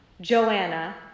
Joanna